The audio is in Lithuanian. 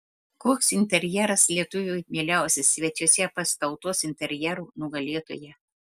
koks interjeras lietuviui mieliausias svečiuose pas tautos interjero nugalėtoją